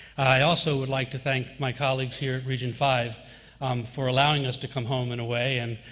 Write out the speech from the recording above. i also would like to thank my colleagues here at region five for allowing us to come home in a way, and